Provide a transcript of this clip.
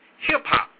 hip-hop